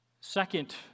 Second